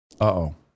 Uh-oh